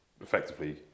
effectively